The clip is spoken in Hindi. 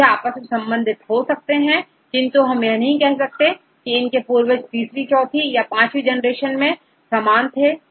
तो यह आपस में संबंधित हो सकते हैं किंतु हम यह नहीं कह सकते की इनके पूर्वज तीसरी चौथी या पांचवी जनरेशन में समान थे